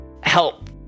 help